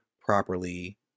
properly